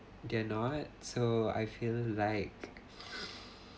they're not so I feel like